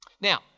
Now